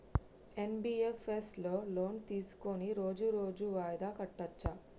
NBFS లో loan తీస్కొని రోజు రోజు వాయిదా కట్టచ్ఛా?